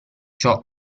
ciò